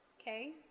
Okay